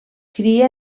cria